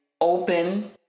open